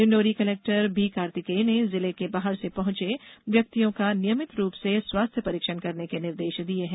Dindori collector B Kartikeya ने जिले के बाहर से पहंचे व्यक्तियों का नियमित रूप से स्वास्थ्य परीक्षण करने के निर्देश दिये हैं